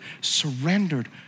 surrendered